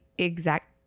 exact